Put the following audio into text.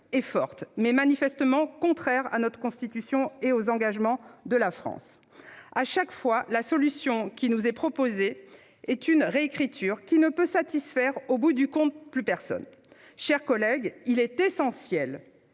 est forte, mais manifestement contraire à notre Constitution et aux engagements de la France. Chaque fois, la solution qui nous est proposée est une réécriture, qui, au bout du compte, ne peut satisfaire personne. Mes chers collègues, il est essentiel